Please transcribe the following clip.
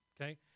okay